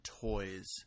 toys